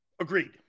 Agreed